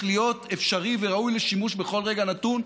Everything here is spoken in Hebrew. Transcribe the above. להיות אפשרי וראוי לשימוש בכל רגע נתון,